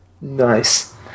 Nice